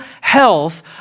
health